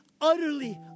utterly